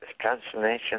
transformation